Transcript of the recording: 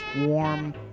warm